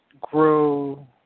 grow